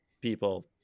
people